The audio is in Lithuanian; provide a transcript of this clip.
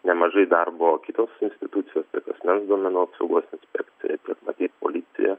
nemažai darbo kitos institucijos tai asmens duomenų apsaugos inspekcija ir policija